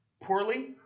poorly